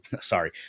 sorry